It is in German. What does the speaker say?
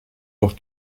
auch